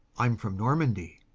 i'm from normandy.